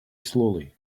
slowly